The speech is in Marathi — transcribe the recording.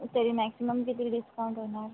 तरी मॅक्सिमम किती डिस्काउंट होणार